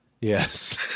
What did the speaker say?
Yes